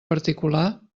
particular